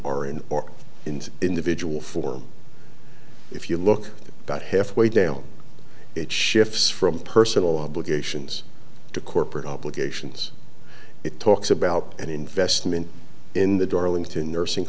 in individual form if you look about halfway down it shifts from personal obligations to corporate obligations it talks about an investment in the darlington nursing